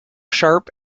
sharp